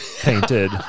painted